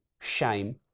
shame